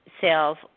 self